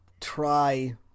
try